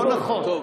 לא נכון.